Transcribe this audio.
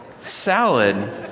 salad